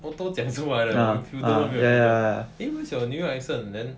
auto 讲出来了 filter 都没有了 eh where's your New York accent then